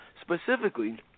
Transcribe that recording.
specifically